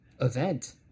event